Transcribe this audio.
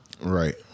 Right